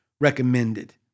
recommended